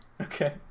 Okay